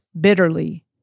bitterly